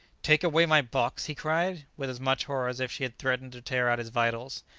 take away my box! he cried, with as much horror as if she had threatened to tear out his vitals.